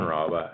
Rob